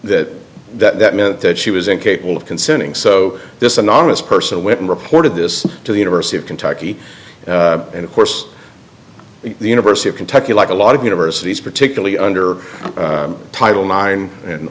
that that meant that she was incapable of consenting so this anonymous person went and reported this to the university of kentucky and of course the university of kentucky like a lot of universities particularly under title nine and